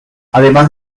además